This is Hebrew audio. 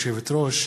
מי שרוצה.